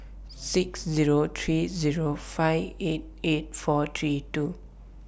six Zero three Zero five eight eight four three two